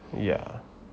yeah